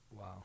Wow